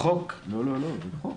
לא, זה חוק.